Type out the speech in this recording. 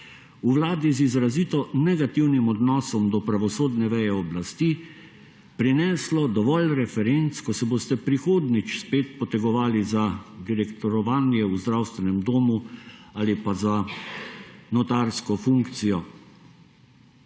v Vladi z izrazito negativnim odnosom do pravosodne veje oblasti, prineslo dovolj referenc, ko se boste prihodnjič spet potegovali za direktorovanje v zdravstvenem domu ali pa za notarsko funkcijo.